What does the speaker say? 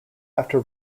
after